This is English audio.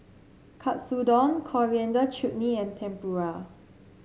Katsudon Coriander Chutney and Tempura